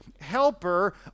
helper